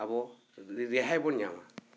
ᱟᱵᱚ ᱨᱮᱦᱟᱭ ᱵᱚᱱ ᱧᱟᱸᱢᱟ